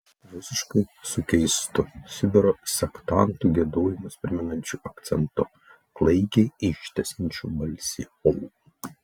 rusiškai su keistu sibiro sektantų giedojimus primenančiu akcentu klaikiai ištęsiančiu balsį o